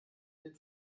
den